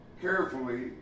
carefully